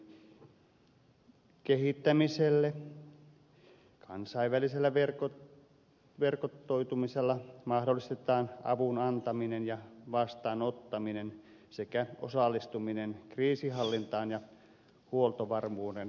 kansainvälisellä verkostoitumisella mahdollistetaan avun antaminen ja vastaanottaminen sekä osallistuminen kriisinhallintaan ja huoltovarmuuden turvaaminen